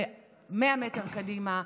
מאה מטר קדימה,